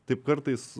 taip kartais